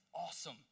awesome